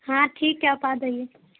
ہاں ٹھیک ہے آپ آ جائیے